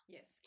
Yes